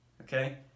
okay